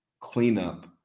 cleanup